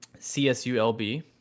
CSULB